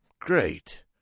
Great